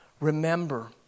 Remember